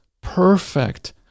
perfect